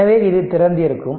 எனவே இது திறந்திருக்கும்